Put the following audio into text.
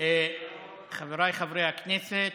חבריי חברי הכנסת,